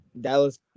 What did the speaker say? Dallas